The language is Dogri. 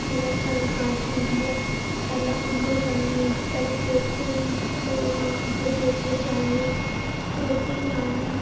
जि'यां नमीं कनक होंदी ऐ पैह्लें उं'दे चाढ़नी पैह्लें परोह्तें ई भगवान उ'त्थें देवतें ई चाढ़नी परोह्तें ई चाढ़नी